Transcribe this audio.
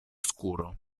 scuro